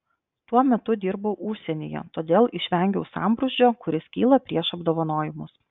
tuo metu dirbau užsienyje todėl išvengiau sambrūzdžio kuris kyla prieš apdovanojimus